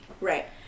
Right